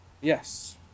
Yes